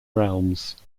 realms